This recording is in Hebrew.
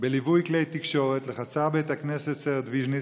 בליווי כלי תקשורת לחצר בית הכנסת סערט ויז'ניץ,